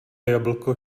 jablko